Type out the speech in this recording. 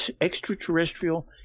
extraterrestrial